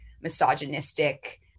misogynistic